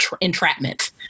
entrapment